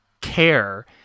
care